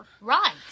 right